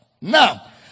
now